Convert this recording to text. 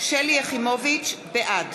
בעד